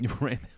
Right